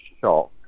shock